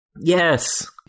Yes